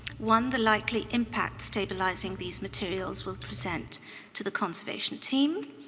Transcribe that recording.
one, the likely impact stabilizing these materials will present to the conservation team.